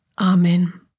Amen